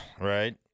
right